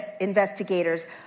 investigators